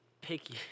picky